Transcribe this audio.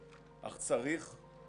חוץ מזה אנחנו פעילים בביטוח לאומי,